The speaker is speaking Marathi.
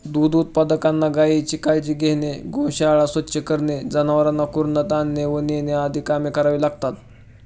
दूध उत्पादकांना गायीची काळजी घेणे, गोशाळा स्वच्छ करणे, जनावरांना कुरणात आणणे व नेणे आदी कामे करावी लागतात